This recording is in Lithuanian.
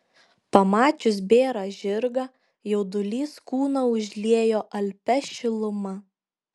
pamačius bėrą žirgą jaudulys kūną užliejo alpia šiluma